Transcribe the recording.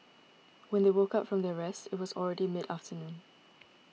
when they woke up from their rest it was already mid afternoon